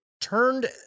turned